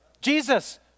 Jesus